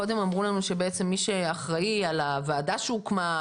קודם אמרו לנו שבעצם מי שאחראי על הוועדה שהוקמה,